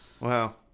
Wow